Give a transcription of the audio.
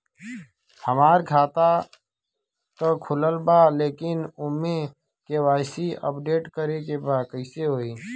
हमार खाता ता खुलल बा लेकिन ओमे के.वाइ.सी अपडेट करे के बा कइसे होई?